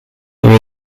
there